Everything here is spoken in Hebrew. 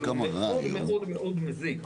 אבל הוא מאוד מאוד מאוד מזיק.